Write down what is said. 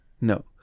no